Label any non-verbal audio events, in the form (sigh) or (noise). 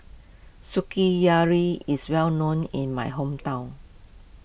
(unintelligible) is well known in my hometown